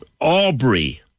Aubrey